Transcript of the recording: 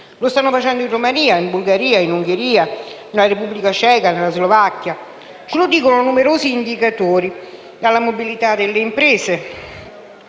Lo stanno facendo in Romania, Bulgaria, Ungheria, Repubblica Ceca, Slovacchia. Ce lo dicono numerosi indicatori: dalla mobilità delle imprese,